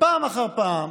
ופעם אחר פעם